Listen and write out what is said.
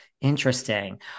interesting